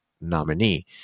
nominee